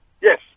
Yes